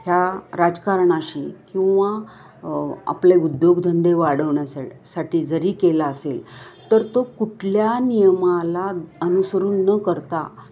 ह्या राजकारणाशी किंवा आपले उद्योगधंदे वाढवण्यासा साठी जरी केला असेल तर तो कुठल्या नियमाला अनुसरून न करता